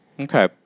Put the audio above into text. Okay